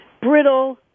Brittle